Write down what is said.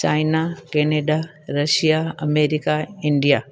China Canada Russia America India